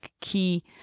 key